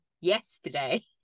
yesterday